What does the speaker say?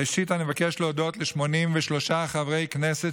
ראשית אני מבקש להודות ל-83 חברי הכנסת